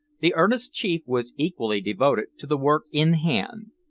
the earnest chief was equally devoted to the work in hand.